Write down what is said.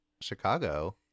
Chicago